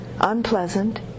Unpleasant